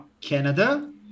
Canada